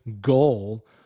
goal